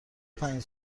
پنج